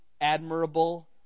admirable